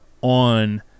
on